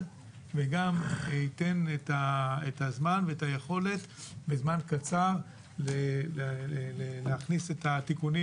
וגם ייתן את הזמן ואת היכולת בזמן קצר להכניס את התיקונים